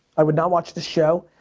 i would not watch the show.